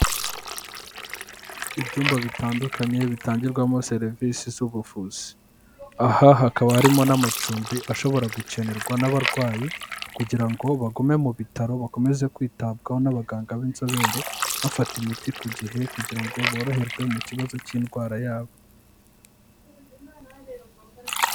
Ibyumba bitandukanye bitangirwamo serivisi z'ubuvuzi aha hakaba harimo n'amacumbi ashobora gukenerwa n'abarwayi kugira ngo bagume mu bitaro bakomeze kwitabwaho n'abaganga b'inzobere bafata imiti ku gihe kugira ngo boroherwe mu kibazo cy'indwara yabo.